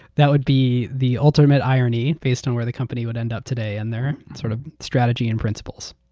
that would be the ultimate irony based on where the company would end up today in their sort of strategy and principles.